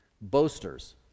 boasters